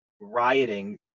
rioting